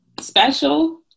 special